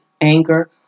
anger